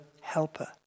Helper